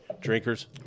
drinkers